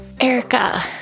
Erica